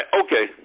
okay